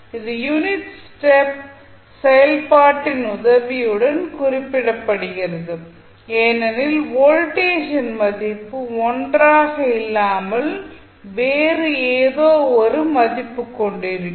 அது unit step செயல்பாட்டின் உதவியுடன் குறிப்பிடப்படுகிறது ஏனெனில் வோல்டேஜின் மதிப்பு 1 ஆக இல்லாமல் வேறு ஏதோ ஒரு மதிப்பு கொண்டிருக்கும்